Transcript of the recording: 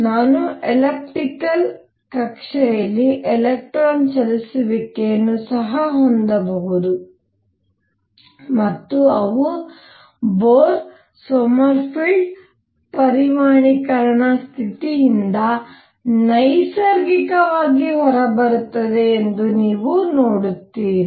ನಾನು ಎಲಿಪ್ಟಿಕಲ್ ಕಕ್ಷೆಯಲ್ಲಿ ಎಲೆಕ್ಟ್ರಾನ್ ಚಲಿಸುವಿಕೆಯನ್ನು ಸಹ ಹೊಂದಬಹುದು ಮತ್ತು ಅವು ಬೊರ್ ಸೊಮರ್ಫೆಲ್ಡ್ ಪರಿಮಾಣೀಕರಣ ಸ್ಥಿತಿಯಿಂದ ನೈಸರ್ಗಿಕವಾಗಿ ಹೊರಬರುತ್ತವೆ ಎಂದು ನೀವು ನೋಡುತ್ತೀರಿ